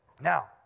Now